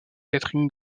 catherine